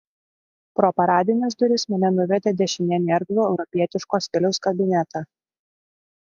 pro paradines duris mane nuvedė dešinėn į erdvų europietiško stiliaus kabinetą